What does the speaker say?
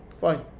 Fine